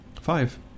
Five